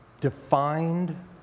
defined